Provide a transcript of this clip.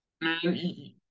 man